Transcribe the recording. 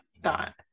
dot